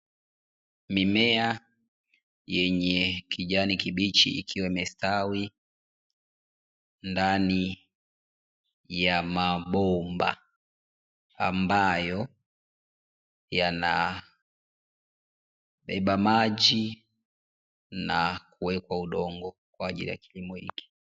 Mimea yenye kijani kibichi ikiwa imestawi ndani ya mabomba, ambayo yanabeba maji na kuweka udongo kwa ajili ya kilimo hiki.